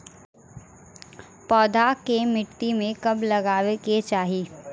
पौधा के मिट्टी में कब लगावे के चाहि?